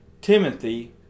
Timothy